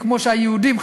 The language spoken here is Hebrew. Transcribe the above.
כמו שהיהודים,